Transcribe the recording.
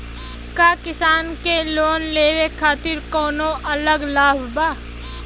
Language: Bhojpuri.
का किसान के लोन लेवे खातिर कौनो अलग लाभ बा?